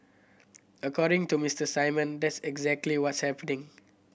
according to Mister Simon that's exactly what's happening